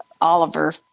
Oliver